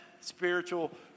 spiritual